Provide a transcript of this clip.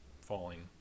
falling